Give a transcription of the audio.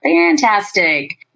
Fantastic